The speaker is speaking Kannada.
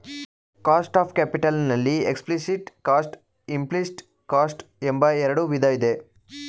ಕಾಸ್ಟ್ ಆಫ್ ಕ್ಯಾಪಿಟಲ್ ನಲ್ಲಿ ಎಕ್ಸ್ಪ್ಲಿಸಿಟ್ ಕಾಸ್ಟ್, ಇಂಪ್ಲೀಸ್ಟ್ ಕಾಸ್ಟ್ ಎಂಬ ಎರಡು ವಿಧ ಇದೆ